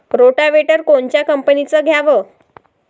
Rotavator कोनच्या कंपनीचं घ्यावं?